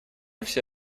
все